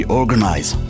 organize